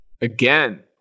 Again